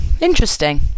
interesting